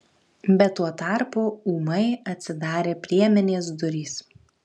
bet tuo tarpu ūmai atsidarė priemenės durys